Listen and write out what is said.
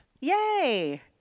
Yay